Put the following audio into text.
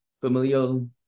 familial